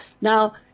Now